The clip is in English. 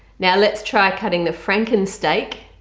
now let's try cutting the frankensteak!